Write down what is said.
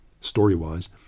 story-wise